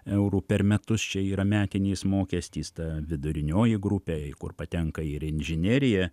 eurų per metus čia yra metinis mokestis ta vidurinioji grupėjeį kur patenka ir inžinerija